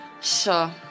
sure